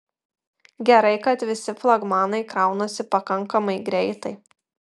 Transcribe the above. gerai kad visi flagmanai kraunasi pakankamai greitai